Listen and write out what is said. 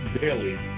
Daily